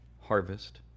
harvest